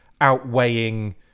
outweighing